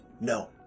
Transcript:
No